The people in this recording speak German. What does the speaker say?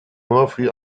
murphy